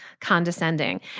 condescending